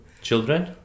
Children